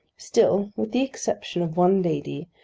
still, with the exception of one lady,